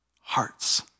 hearts